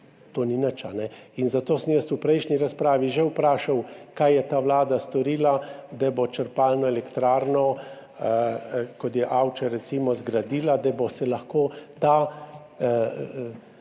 to ni nič, zato sem jaz v prejšnji razpravi že vprašal, kaj je ta vlada storila, da bo zgradila črpalno elektrarno, kot je recimo Avče, da bo se lahko ta